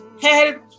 help